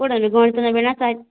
କେଉଁଟା ନେବେ ଗଣିତ ନେବେ ନା ସାହି